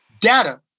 Data